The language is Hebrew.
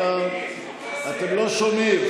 אנא, אתם לא שומעים.